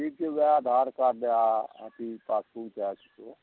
ठीक छै वहए आधार कार्ड दए अथी पासबुक आ अथीके